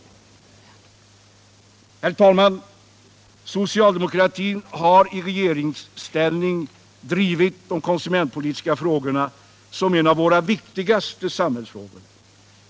Herr talman! Socialdemokratin har i regeringsställning drivit de konsumentpolitiska frågorna som en av våra viktigaste samhällsuppgifter.